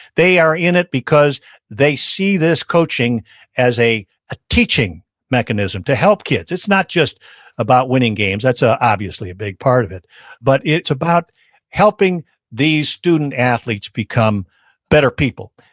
they are in it because they see this coaching as a a teaching mechanism to help kids. it's not just about winning games, that's ah obviously a big part of it but it's about helping these student athletes become better people.